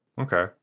okay